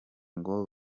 ngo